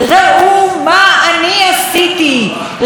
ראו כמה מגיע לי הכול.